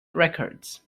records